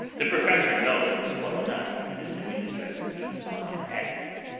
the professor knows this well enough, and is doing his best to keep his mind active.